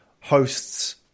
hosts